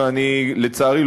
ולצערי,